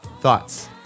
Thoughts